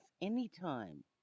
anytime